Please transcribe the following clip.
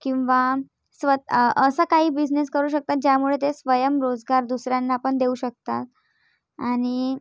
किंवा स्वतः असा काही बिजनेस करू शकतात ज्यामुळे ते स्वयंरोजगार दुसऱ्यांना पण देऊ शकतात आणि